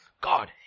God